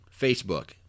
Facebook